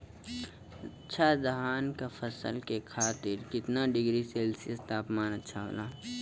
अच्छा धान क फसल के खातीर कितना डिग्री सेल्सीयस तापमान अच्छा होला?